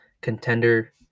contender